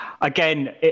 again